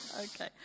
Okay